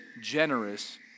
generous